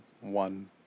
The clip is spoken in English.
one